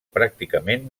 pràcticament